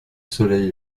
soleil